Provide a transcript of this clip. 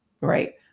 right